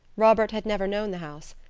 robert had never known the house,